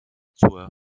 zur